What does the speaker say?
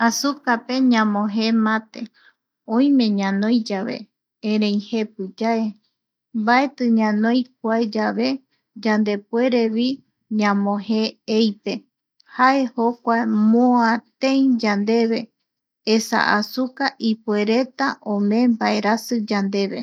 Asukape ñamoje mate ,oime ñanoi yave erei jepi yae, mbaeti ñanoi kua yave yandepuerevi ñamojee ei pe jae jokua moa tei yandeve. esa asuka ipuereta omee mbaerasi yandeve.